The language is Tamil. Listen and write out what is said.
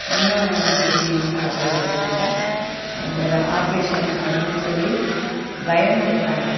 இன்னும் எப்படி சொல்கிறது அப்படின்னாக்கா ஒரு ஆப்ரேஷன் அப்படின்னு சொல்லி பயமுடுத்தாமல்